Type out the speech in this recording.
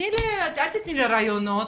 אל תתני רעיונות,